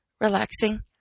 relaxing